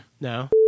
No